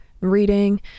Reading